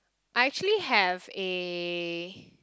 I actually have a